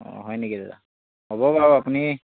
অঁ হয় নেকি দাদা হ'ব বাৰু আপুনি